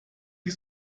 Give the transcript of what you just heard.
die